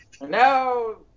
No